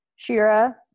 Shira